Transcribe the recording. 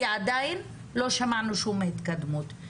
כי עדיין לא שמענו שום התקדמות,